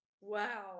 wow